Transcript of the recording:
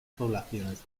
poblaciones